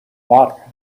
water